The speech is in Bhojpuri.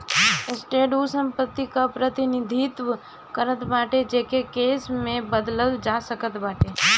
एसेट उ संपत्ति कअ प्रतिनिधित्व करत बाटे जेके कैश में बदलल जा सकत बाटे